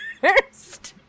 first